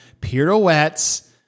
pirouettes